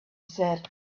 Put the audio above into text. said